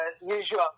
usual